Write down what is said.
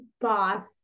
boss